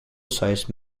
size